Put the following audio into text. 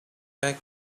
back